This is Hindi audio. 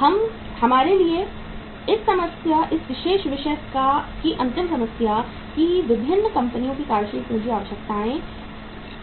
यह हमारे लिए इस विशेष विषय की अंतिम समस्या है कि विभिन्न कंपनियों की कार्यशील पूंजी आवश्यकताएं